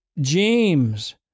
James